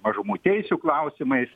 mažumų teisių klausimais